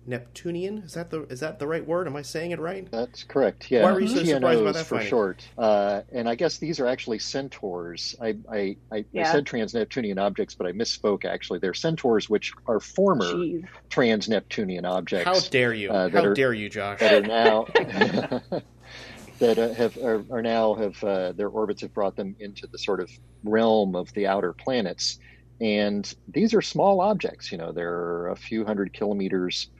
Neptunian? Is that the- is that the right word? Am I saying it right? That's correct, yeah. Why were you so TNOs surprised by that for finding? short. Uh, and I guess these are actually centaurs. I- I- I- I Yeah. said trans-Neptunian objects, but I misspoke, actually. They're centaurs, which are former Jeez. trans-Neptunian How objects, dare you. uh, that How are- dare you, Josh. that are now- that, uh, have- are- are now have, uh, their orbits have brought them into the sort of realm of the outer planets. And these are small objects, you know, they're a few hundred kilometers